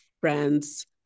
friends